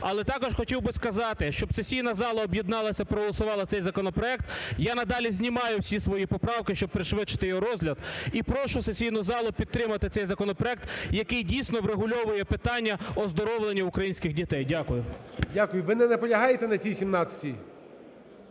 Але також хотів би сказати, щоб сесійна зала об'єдналася, проголосувала цей законопроект, я надалі знімаю всі свої поправки, щоб пришвидшити його розгляд. І прошу сесійну залу підтримати цей законопроект, який дійсно врегульовує питання оздоровлення українських дітей. Дякую. ГОЛОВУЮЧИЙ. Дякую. Ви не наполягаєте на цій 17-й?